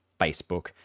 Facebook